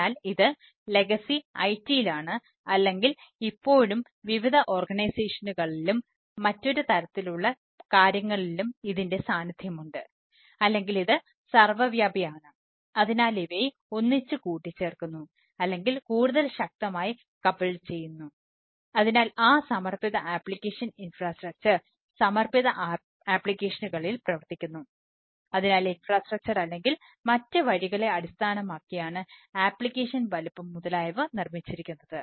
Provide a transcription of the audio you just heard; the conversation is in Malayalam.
അതിനാൽ ഇത് ലെഗസി വലുപ്പം മുതലായവ നിർമ്മിച്ചിരിക്കുന്നത്